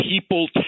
people